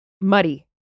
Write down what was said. muddy